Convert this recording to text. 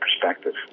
perspective